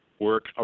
work